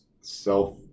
self